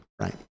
right